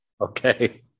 Okay